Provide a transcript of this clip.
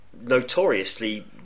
notoriously